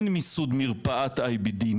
אין מיסוד מרפאת IBD,